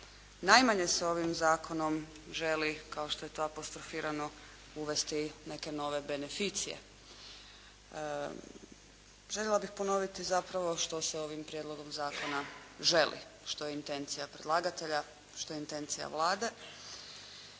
Najmanje se ovim zakonom želi kao što je to apostrofirano uvesti neke nove beneficije. Željela bih ponoviti zapravo što se ovim prijedlogom zakona želi, što je intencija predlagatelja, što je intencija Vlade.